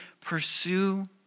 pursue